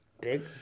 big